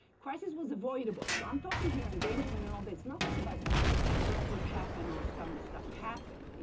crisis was avoidable, so i'm talking here endangerment and all this. now think about earthquake happen or some stuff happen.